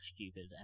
stupid